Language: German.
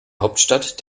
hauptstadt